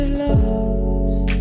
lost